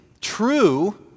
true